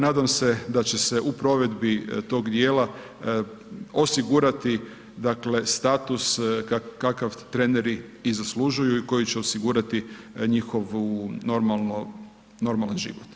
Nadam se da će se u provedbi tog dijela osigurati dakle, status kakav treneri i zaslužuju i koji će osigurati njihovu normalan život.